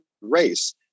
race